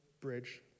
bridge